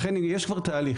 לכן אם יש כבר תהליך,